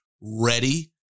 ready